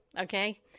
Okay